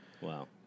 Wow